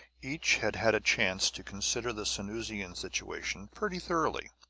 each had had a chance to consider the sanusian situation pretty thoroughly.